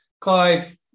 Clive